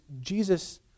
Jesus